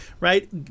right